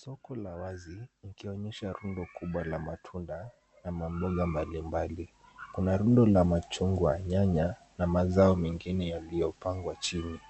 Soko la wazi ikionyesha rundo kubwa la matunda na mamboga mbalimbali. Kuna rundo la machungwa, nyanya na mazao mengine yaliyopangwa chini.